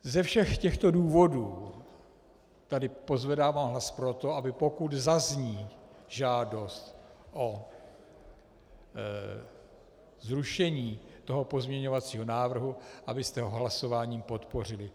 Ze všech těchto důvodů tady pozvedávám hlas pro to, aby pokud zazní žádost o zrušení toho pozměňovacího návrhu, abyste ho hlasováním podpořili.